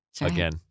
again